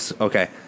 Okay